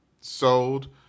sold